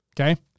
Okay